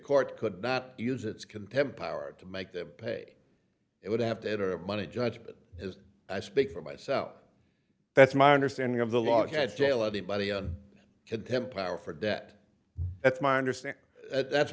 court could not use its contemp hour to make them pay it would have to enter a money judgment as i speak for myself that's my understanding of the law had jail anybody on contempt power for debt it's my understanding that